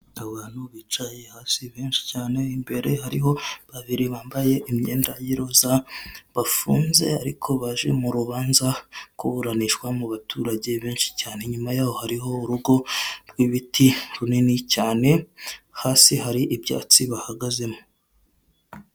Abantu bicaye hasi benshi cyane, imbere hariho babiri bambaye imyenda y'iroza bafunze ariko baje mu rubanza kuburanishwa mu baturage benshi cyane, inyuma yaho hariho urugo rw'ibiti runini cyane hasi hari ibyatsi bahagazemo.